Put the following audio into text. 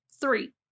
three